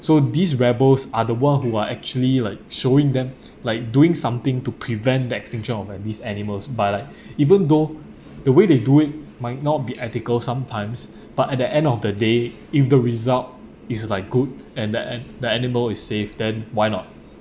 so this rebels are the one who are actually like showing them like doing something to prevent the extinction of uh these animals by like even though the way they do it might not be ethical sometimes but at the end of the day if the result is like good and the ani~ animal is safe then why not